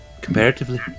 comparatively